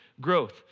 growth